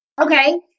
Okay